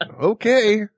okay